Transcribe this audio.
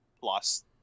plus